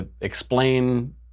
explain